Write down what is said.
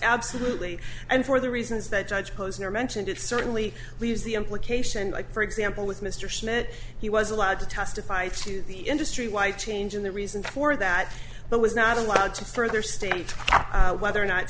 absolutely and for the reasons that judge posner mentioned it certainly leaves the implication for example with mr smith he was allowed to testify to the industry wide change in the reason for that but was not allowed to further state whether or not